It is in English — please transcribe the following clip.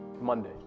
Monday